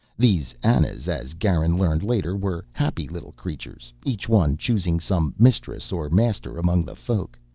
these anas, as garin learned later, were happy little creatures, each one choosing some mistress or master among the folk,